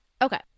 Okay